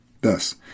Thus